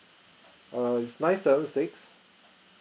err it's nine seven six